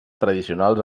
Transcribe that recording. tradicionals